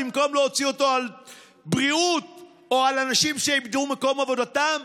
במקום להוציא אותו על בריאות או על אנשים שאיבדו את מקום עבודתם?